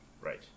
Right